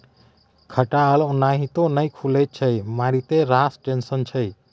खटाल ओनाहिते नहि खुलैत छै मारिते रास टेंशन छै